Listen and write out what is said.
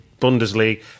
Bundesliga